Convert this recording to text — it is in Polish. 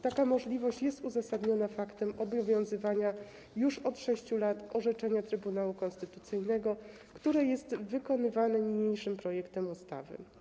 Taka możliwość jest uzasadniona faktem obowiązywania już od 6 lat orzeczenia Trybunału Konstytucyjnego, które jest wykonywane niniejszym projektem ustawy.